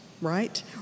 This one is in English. right